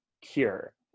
cure